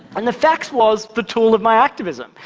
and the fax was the tool of my activism.